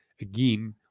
Again